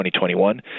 2021